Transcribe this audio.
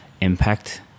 impact